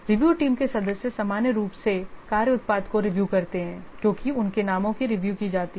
review team के सदस्य सामान्य रूप से कार्य उत्पाद को रिव्यू करते हैं क्योंकि उनके नामों की रिव्यू की जाती है